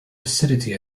acidity